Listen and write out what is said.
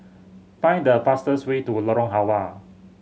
find the fastest way to Lorong Halwa